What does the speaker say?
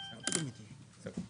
אתה גם לא מסכים עם זה ואני בטוח